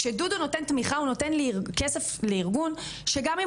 כשדודו נותן תמיכה הוא נותן כסף לארגון שגם אם